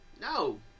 No